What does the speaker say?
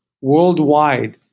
worldwide